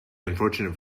unfortunate